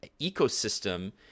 ecosystem